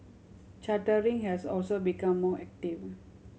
chartering has also become more active